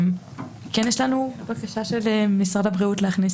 כן יש לנו בקשה של משרד הבריאות להכניס